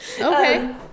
Okay